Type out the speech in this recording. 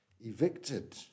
evicted